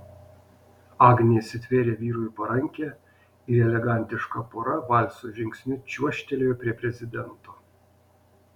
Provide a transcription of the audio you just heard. agnė įsitvėrė vyrui į parankę ir elegantiška pora valso žingsniu čiuožtelėjo prie prezidento